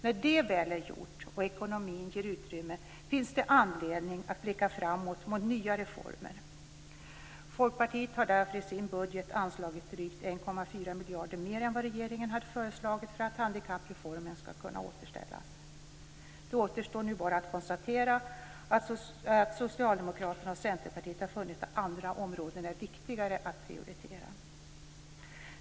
När det väl är gjort och ekonomin ger utrymme finns det anledning att blicka framåt mot nya reformer. Folkpartiet har därför i sin budget anslagit drygt 1,4 miljarder mer än vad regeringen hade föreslagit för att handikappreformen skulle kunna återställas. Det återstår nu bara att konstatera att Socialdemokraterna och Centerpartiet har funnit att andra områden är viktigare att prioritera.